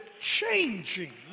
changing